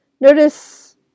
notice